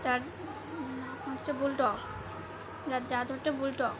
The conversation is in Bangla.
তার হচ্ছে বুলডগ তার জাত হচ্ছে বুলডগ